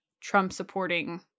Trump-supporting